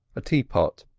a teapot,